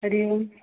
हरिः ओम्